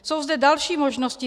Jsou zde další možnosti.